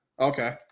Okay